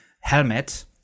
helmet